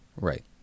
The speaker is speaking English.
Right